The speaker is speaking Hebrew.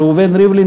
ראובן ריבלין,